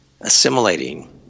assimilating